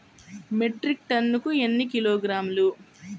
Metric టన్నుకు ఎన్ని కిలోగ్రాములు?